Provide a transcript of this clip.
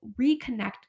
reconnect